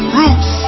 roots